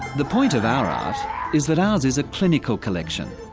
the point of our art is that ours is a clinical collection.